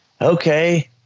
okay